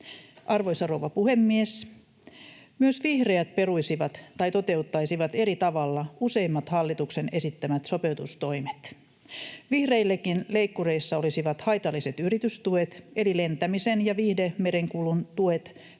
Arvoisa rouva puhemies! Myös vihreät peruisivat tai toteuttaisivat eri tavalla useimmat hallituksen esittämät sopeutustoimet. Vihreillekin leikkureissa olisivat haitalliset yritystuet eli lentämisen ja viihdemerenkulun tuet,